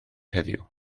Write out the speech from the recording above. heddiw